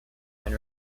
and